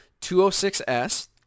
206S